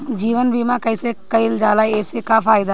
जीवन बीमा कैसे कईल जाला एसे का फायदा बा?